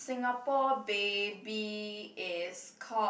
Singapore baby is called